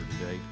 today